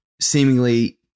seemingly